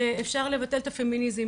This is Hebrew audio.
שאפשר לבטל את הפמיניזם.